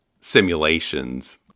simulations